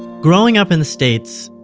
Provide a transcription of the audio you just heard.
growing up in the states,